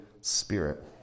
Spirit